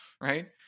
right